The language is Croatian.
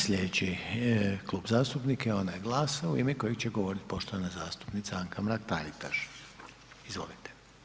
Slijedeći Klub zastupnika je onaj GLAS-a u ime kojeg će govorit poštovana zastupnica Anka Mrak –Taritaš, izvolite.